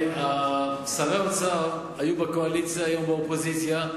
שרי האוצר היו בקואליציה, היו באופוזיציה.